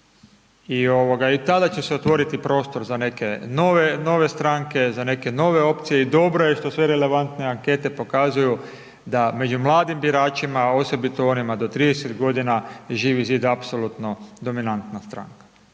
i tada će se otvoriti prostor za neke nove stranke i neke nove opcije i dobro je što sve relevantne ankete pokazuju da među mladim biračima, osobito onima do 30 godina, Živi zid apsolutno dominantna stranka.